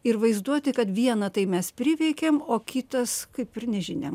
ir vaizduoti kad vieną tai mes priveikėm o kitas kaip ir nežinia